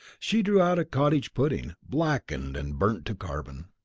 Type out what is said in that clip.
she drew out a cottage pudding, blackened and burnt to carbon.